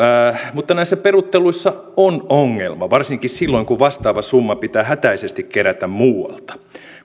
mutta näissä peruutteluissa on ongelma varsinkin silloin kun vastaava summa pitää hätäisesti kerätä muualta